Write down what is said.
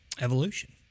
evolution